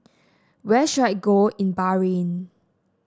where should I go in Bahrain